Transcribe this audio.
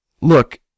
Look